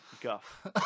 guff